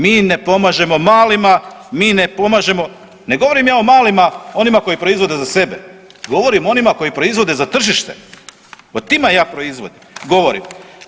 Mi ne pomažemo malima, mi ne pomažemo, ne govorim ja o malima onima koji proizvode za sebe, govorim o onima koji proizvode za tržište, o tima ja govorim.